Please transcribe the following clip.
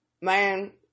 man